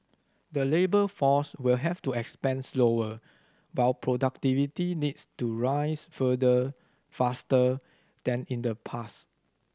the labour force will have to expand slower while productivity needs to rise further faster than in the past